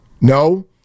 No